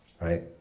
right